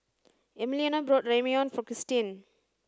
Emiliano bought Ramyeon for Kristyn